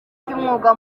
ry’umwuga